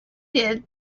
did